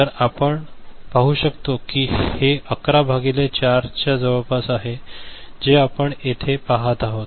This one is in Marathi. तर आपण पाहु शकतो की हे 11 भागिले 4 च्या जवळपास आहे जे आपण येथे पाहत आहोत